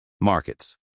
markets